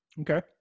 Okay